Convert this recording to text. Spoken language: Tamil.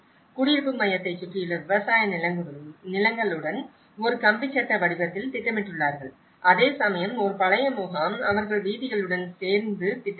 குடியிருப்பு மையத்தைச் சுற்றியுள்ள விவசாய நிலங்களுடன் ஒரு கம்பிச் சட்ட வடிவத்தில் திட்டமிட்டுள்ளார்கள் அதேசமயம் ஒரு பழைய முகாம் அவர்கள் வீதிகளுடன் சேர்ந்து திட்டமிட்டது